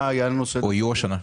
או יהיו השנה?